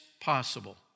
possible